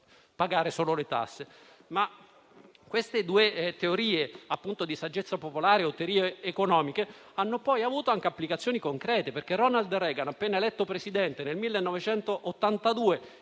pagare solo le tasse. Queste due teorie di saggezza popolare ed economiche hanno avuto anche applicazioni concrete, perché Ronald Reagan, appena eletto Presidente, nel 1982,